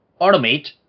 automate